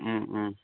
ও ও